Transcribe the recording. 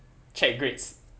check grades